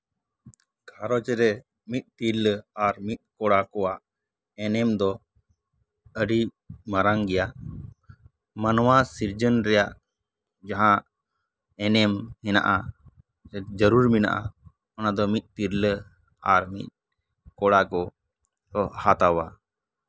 ᱜᱷᱟᱨᱚᱸᱡᱽ ᱨᱮ ᱢᱤᱫ ᱛᱤᱨᱞᱟᱹ ᱟᱨ ᱢᱤᱫ ᱠᱚᱲᱟ ᱠᱚᱣᱟᱜ ᱮᱱᱮᱢ ᱫᱚ ᱟᱹᱰᱤ ᱢᱟᱨᱟᱝ ᱜᱮᱭᱟ ᱢᱟᱱᱣᱟ ᱥᱤᱨᱡᱚᱱ ᱨᱮᱭᱟᱜ ᱡᱟᱦᱟᱸ ᱮᱱᱮᱢ ᱢᱮᱱᱟᱜᱼᱟ ᱡᱟᱨᱩᱲ ᱢᱮᱱᱟᱜᱼᱟ ᱚᱱᱟ ᱫᱚ ᱢᱤᱫ ᱛᱤᱨᱞᱟᱹ ᱟᱨ ᱢᱤᱫ ᱠᱚᱲᱟ ᱠᱚᱠᱚ ᱦᱟᱛᱟᱣᱟ